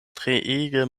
treege